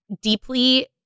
deeply